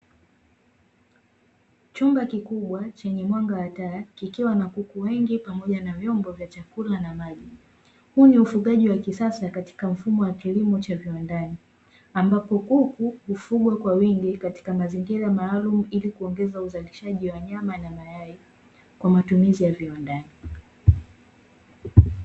Chumba kikubwa chenye mwanga wa taa kikiwa na kuku wengi pamoja na vyombo vya chakula na maji. Huu ni ufugaji wa kisasa katika mfumo wa kilimo cha viwandani ambapo kuku hufugwa kwa wingi katika mazingira maalumu ili kuongeza uzalishaji wa nyama na mayai kwa matumizi ya viwandani.